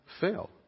fail